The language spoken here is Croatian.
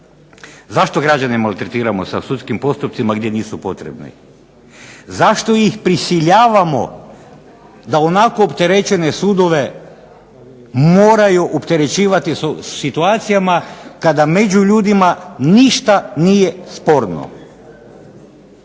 Zašto građane maltretiramo sa sudskim postupcima gdje nisu potrebni? Zašto ih prisiljavamo da ionako opterećene sudove moraju opterećivati sa situacijama kada među ljudima ništa nije sporno?